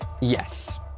Yes